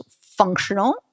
functional